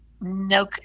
no